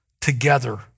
together